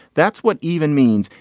that's what even means.